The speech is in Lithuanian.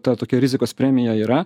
ta tokia rizikos premija yra